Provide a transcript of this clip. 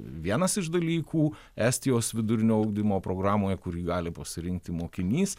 vienas iš dalykų estijos vidurinio ugdymo programoje kurį gali pasirinkti mokinys